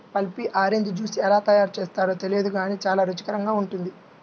pulpy orange juice ఎలా తయారు చేస్తారో తెలియదు గానీ చాలా రుచికరంగా ఉంటుంది